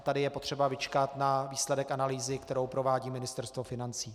Tady je potřeba vyčkat na výsledek analýzy, kterou provádí Ministerstvo financí.